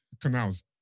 canals